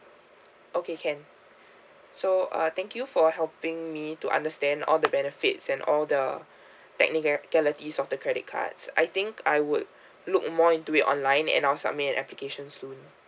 okay can so uh thank you for helping me to understand all the benefits and all the technicalities of the credit cards I think I would look more into it online and I'll submit application soon